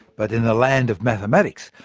but in the land of mathematics,